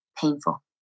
painful